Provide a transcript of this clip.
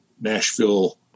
Nashville